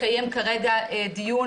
מתקיים כרגע דיון